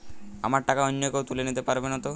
আমার টাকা অন্য কেউ তুলে নিতে পারবে নাতো?